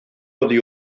oddi